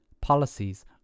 policies